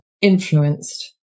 influenced